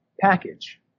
package